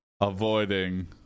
avoiding